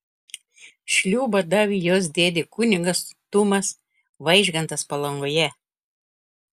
šliūbą davė jos dėdė kunigas tumas vaižgantas palangoje